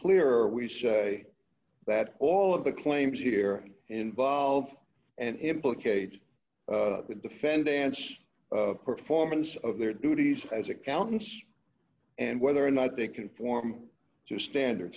clearer we say that all of the claims here and of and implicate the defendants of performance of their duties as accountants and whether or not they conform to standard